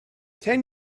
ten